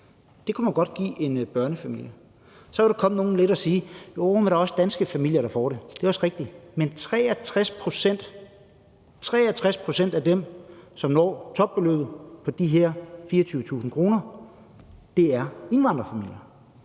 Det kunne man godt give en børnefamilie. Så kan nogle komme og sige, at der også er danske familier, der får det. Det er også rigtigt. Men 63 pct. af dem, der når op på at få topbeløbet på de her 24.000 kr., er indvandrerfamilier.